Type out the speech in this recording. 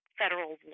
federal